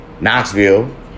Knoxville